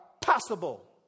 possible